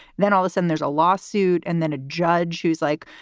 then i'll listen. there's a lawsuit and then a judge who's like,